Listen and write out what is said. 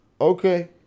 okay